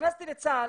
כשנכנסתי לצה"ל,